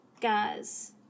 guys